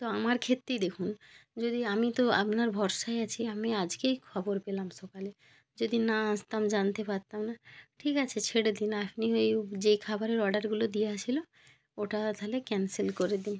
তো আমার ক্ষেত্রেই দেখুন যদি আমি তো আপনার ভরসায় আছি আমি আজকেই খবর পেলাম সকালে যদি না আসতাম জানতে পারতাম না ঠিক আছে ছেড়ে দিন আপনি এই যে খাবারের অর্ডারগুলো দেওয়া ছিল ওটা তাহলে ক্যানসেল করে দিই